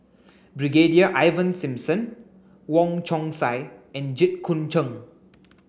Brigadier Ivan Simson Wong Chong Sai and Jit Koon Ch'ng